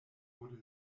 wurde